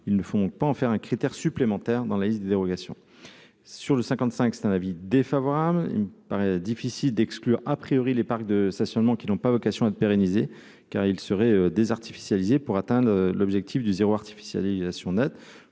ils ne font pas en faire un critère supplémentaire dans la liste de dérogations sur le 55 c'est un avis défavorable, il paraît difficile d'exclure à priori les parcs de stationnement qui n'ont pas vocation à être pérennisés, car il serait désartificialiser pour atteindre l'objectif de 0 artificialisation nette